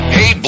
Hey